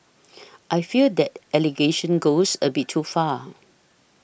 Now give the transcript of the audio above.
I fear that allegation goes a bit too far